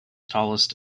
tallest